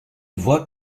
voix